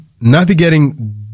navigating